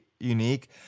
Unique